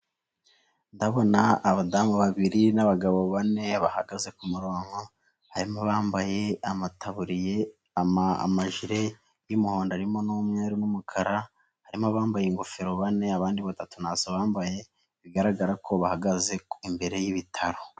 Ndabona abadamu babiri n'abagabo bane bahagaze ku murongo, harimo abambaye amataburiye, amajire y'umuhondo arimo n'umweru n'umukara. Harimo abambaye ingofero bane abandi batatu ntazo bambaye, bigaragara ko bahagaze imbere y'ibitaro.